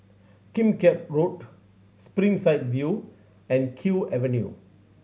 Kim Keat Road Springside View and Kew Avenue